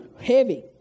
heavy